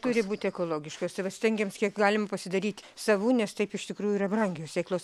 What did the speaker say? turi būti ekologiškos ir va stengiamės kiek galim pasidaryt savų nes taip iš tikrųjų yra brangios sėklos